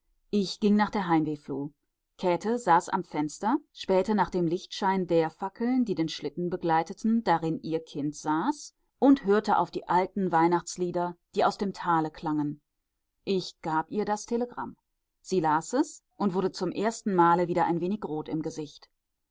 ich ging nach der heimwehfluh käthe saß am fenster spähte nach dem lichtschein der fackeln die den schlitten begleiteten darin ihr kind saß und hörte auf die alten weihnachtslieder die aus dem tale klangen ich gab ihr das telegramm sie las es und wurde zum ersten male wieder ein wenig rot im gesicht